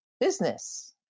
business